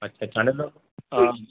अच्छा चांडक